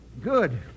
Good